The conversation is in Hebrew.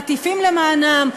מטיפים למענם.